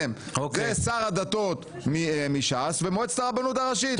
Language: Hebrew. שר הדתות מש"ס ומועצת הרבנות הראשית,